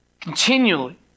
continually